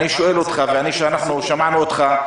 שמענו אותך.